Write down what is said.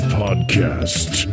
podcast